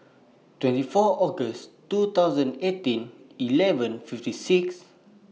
twenty four August two thousand eighteen eleven fifty six